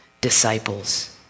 disciples